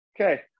Okay